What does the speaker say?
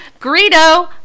Greedo